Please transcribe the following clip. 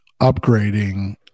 upgrading